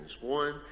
One